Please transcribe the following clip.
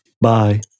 Bye